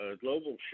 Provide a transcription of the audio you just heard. global